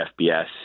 FBS